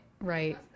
Right